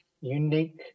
unique